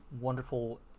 wonderful